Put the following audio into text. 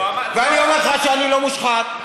ואני אומר לך שאני לא מושחת.